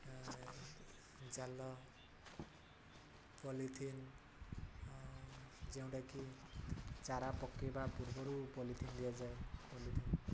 ଜାଲ ପଲିଥିନ୍ ଯେଉଁଟାକି ଚାରା ପକେଇବା ପୂର୍ବରୁ ପଲିଥିନ୍ ଦିଆଯାଏ ପଲିଥିନ୍